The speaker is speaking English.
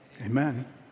amen